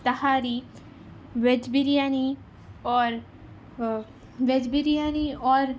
تہاری veg biryani اور veg biryani اور